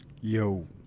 Yo